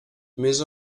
més